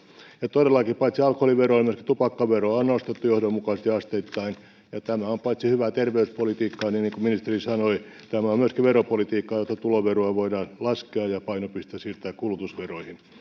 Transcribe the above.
todellakin paitsi alkoholiveroa myöskin tupakkaveroa on nostettu johdonmukaisesti asteittain ja tämä on paitsi hyvää terveyspolitiikkaa myös niin kuin ministeri sanoi veropolitiikkaa jotta tuloveroa voidaan laskea ja painopiste siirtää kulutusveroihin